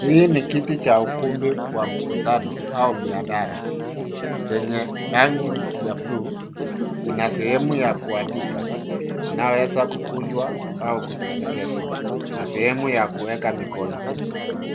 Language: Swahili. Hii ni kiti cha ukumbi wa mkutano, au mihadhara, chenye rangi ya bluu. Ina sehemu ya kuandika. Inaweza kukunjwa au kutelekezwa, na sehemu ya kuweka mikono,